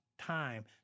time